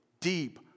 deep